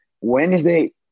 Wednesday